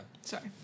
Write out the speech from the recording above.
Sorry